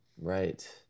Right